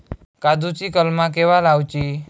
काजुची कलमा केव्हा लावची?